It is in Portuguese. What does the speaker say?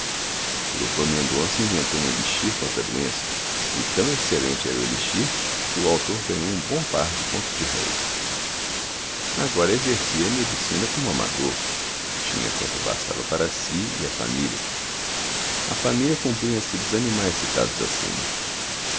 dr mendonça inventou um elixir contra a doença e tão excelente era o elixir que o autor ganhou um bom par de contos de réis agora exercia a medicina como amador tinha quanto bastava para si e a família a família compunha-se dos animais citados acima